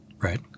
Right